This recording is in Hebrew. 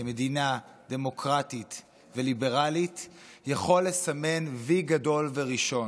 כמדינה דמוקרטית וליברלית יכול לסמן וי גדול וראשון,